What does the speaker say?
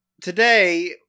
today